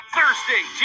Thursday